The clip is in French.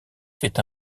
fait